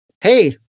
hey